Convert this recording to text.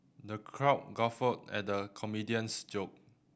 the crowd guffawed at the comedian's joke